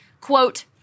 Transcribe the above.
quote